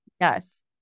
Yes